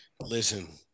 Listen